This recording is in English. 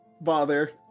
bother